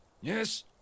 Yes